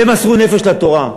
והם מסרו נפש על התורה,